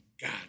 God